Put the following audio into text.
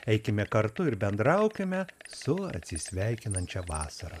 eikime kartu ir bendraukime su atsisveikinančia vasara